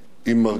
עם מרכיב